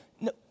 no